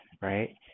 right